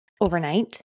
overnight